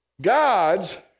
God's